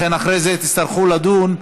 לכן אחרי זה תצטרכו לדון,